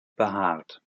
behaart